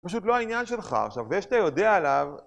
פשוט לא העניין שלך עכשיו, זה שאתה יודע עליו.